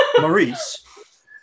Maurice